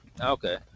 Okay